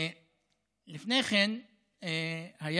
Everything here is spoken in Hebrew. לפני כן היה